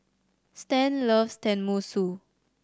Stan loves Tenmusu